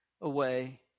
away